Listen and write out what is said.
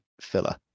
filler